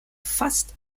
fast